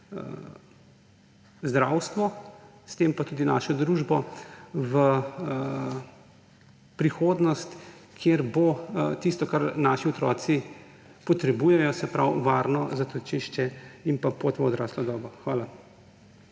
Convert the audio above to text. zdravstvo, s tem pa tudi našo družbo v prihodnost, kjer bo tisto, kar naši otroci potrebujejo, se pravi, varno zatočišče in pot v odraslo dobo. Hvala.